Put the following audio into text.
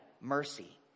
mercy